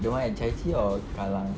the one at chai chee or kallang